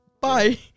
Bye